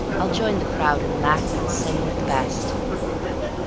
i'll join the crowd and laugh and sing with the best